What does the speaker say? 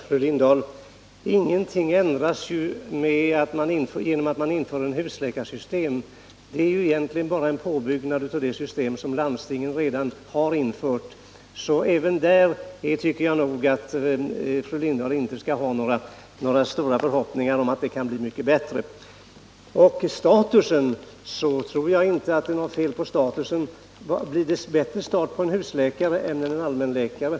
Herr talman! Ingenting ändras därför att man inför ett husläkarsystem. Det innebär ju egentligen bara en påbyggnad av det system som landstingen redan har infört. Jag tror alltså inte att statsrådet Lindahl bör ha några stora förhoppningar om att det skall bli så mycket bättre med ett husläkarsystem. Jag tror inte att det är något fel på den status som en allmänläkare har. Kommer f. ö. husläkaren att få en bättre status?